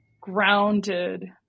grounded